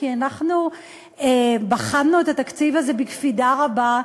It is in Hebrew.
כי אנחנו בחנו את התקציב הזה בקפידה רבה,